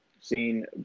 Seen